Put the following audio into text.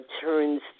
turns